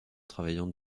travaillant